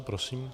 Prosím.